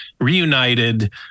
reunited